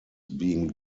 being